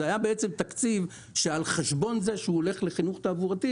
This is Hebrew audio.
זה היה תקציב שעל חשבון זה שהוא הולך לחינוך תעבורתי,